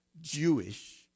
Jewish